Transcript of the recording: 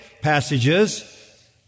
passages